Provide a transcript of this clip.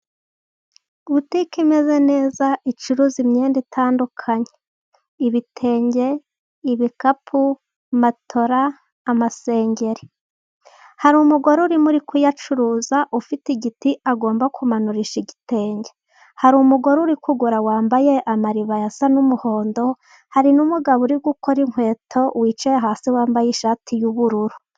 Butike imeze neza icuruza imyenda itandukanye. Ibitenge, ibikapu, matola, amasengeri. Hari umugore urimo kuyacuruza ufite igiti agomba kumanurisha igitenge. Hari umugore uri kugura wambaye amaribaya asa n'umuhondo, hari n'umugabo uri gukora inkweto wicaye hasi wambaye ishati y'ubururu.